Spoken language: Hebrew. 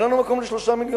אין לנו מקום ל-3 מיליונים.